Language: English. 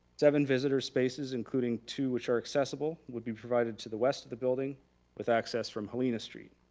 seven visitor spaces including two which are accessible would be provided to the west of the building with access from helena street.